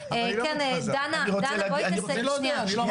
כן, דנה, בואי תסיימי רגע.